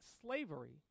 slavery